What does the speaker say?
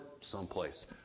someplace